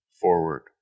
forward